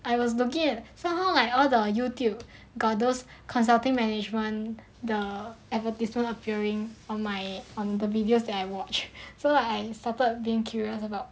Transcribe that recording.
I was looking at somehow like all the Youtube got those consulting management the advertisement appearing on my on the videos that I watched so I started being curious about